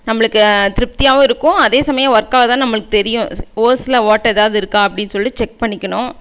நம்மளுக்கு திருப்தியாகவும் இருக்கும் அதே சமயம் ஒர்க் ஆவுதான்னு நம்மளுக்கு தெரியும் ஓஸ்ஸில் ஓட்டை எதாவது இருக்கா அப்படின்னு சொல்லிவிட்டு செக் பண்ணிக்கணும்